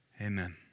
amen